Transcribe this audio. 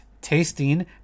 tasting